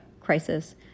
crisis